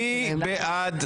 מי בעד?